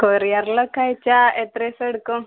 കൊറിയറിലൊക്കെ അയച്ചാൽ എത്ര ദിവസം എടുക്കും